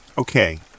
Okay